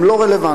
הם לא רלוונטיים.